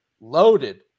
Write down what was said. loaded